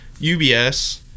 UBS